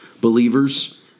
believers